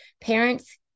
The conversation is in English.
parents